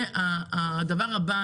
זה הדבר הבא.